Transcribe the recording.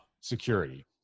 security